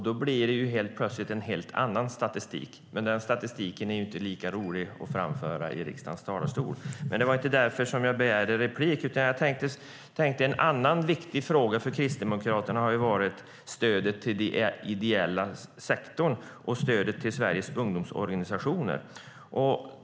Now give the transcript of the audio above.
Då blir det plötsligt en helt annan statistik, men denna statistik är ju inte lika rolig att framföra i riksdagens talarstol. Men det var inte därför jag begärde replik, utan jag tänkte på en annan viktig fråga för Kristdemokraterna: stödet till den ideella sektorn och stödet till Sveriges ungdomsorganisationer.